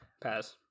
Pass